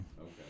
Okay